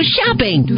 Shopping